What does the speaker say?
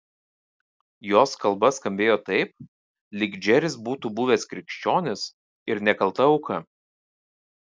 jos kalba skambėjo taip lyg džeris būtų buvęs krikščionis ir nekalta auka